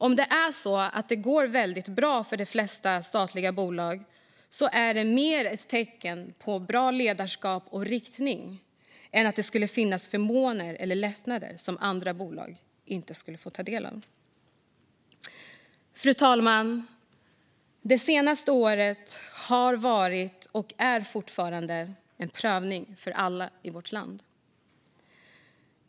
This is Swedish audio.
Om det går väldigt bra för de flesta statliga bolag är detta mer ett tecken på bra ledarskap och riktning än på att det skulle finnas förmåner eller lättnader som andra bolag inte får ta del av. Fru talman! Det senaste året har varit och är fortfarande en prövning för alla i vårt land.